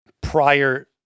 prior